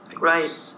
Right